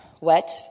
Wet